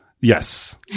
Yes